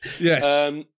Yes